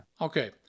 Okay